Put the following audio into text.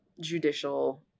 judicial